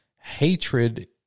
Hatred